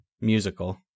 musical